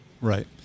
Right